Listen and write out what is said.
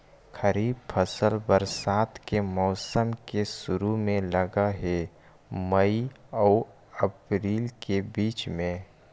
खरीफ फसल बरसात के मौसम के शुरु में लग हे, मई आऊ अपरील के बीच में